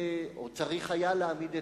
או צריך היה להעמיד,